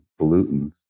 pollutants